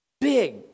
big